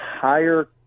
higher